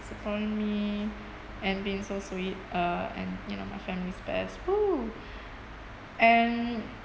supporting me and being so sweet uh and you know my family's best !woo! and